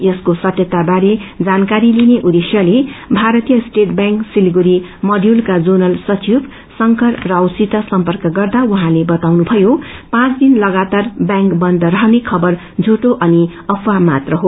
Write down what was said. यसको सत्यता बारे जानकारी लिने उद्देश्यले भारतीय स्टेट ब्यांक सिलगढ़ी मडयूलका जोनल सचिव शंकर राउतसित सम्पंक गर्या उझँले बताउनुभयो कि पाँच दिन लगातार व्यांक बन्द रहने ख्वर झुटो अनि अफवाही मात्र हो